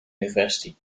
university